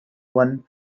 one